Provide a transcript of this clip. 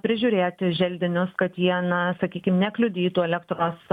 prižiūrėti želdinius kad jie na sakykim nekliudytų elektros